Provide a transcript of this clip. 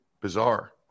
bizarre